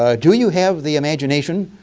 ah do you have the imagination,